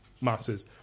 masses